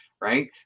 Right